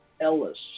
Ellis